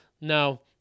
no